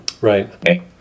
Right